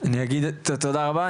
תודה רבה,